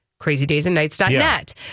CrazyDaysAndNights.net